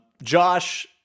josh